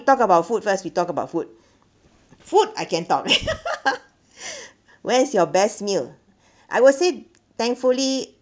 talk about foods first we talk about food food I can talk where is your best meal I will say thankfully